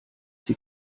sie